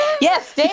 Yes